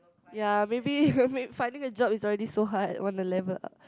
ya maybe make finding a job is already so hard want to level up